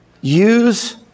Use